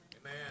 Amen